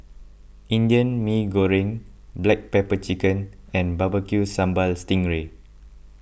Indian Mee Goreng Black Pepper Chicken and Barbecue Sambal Sting Ray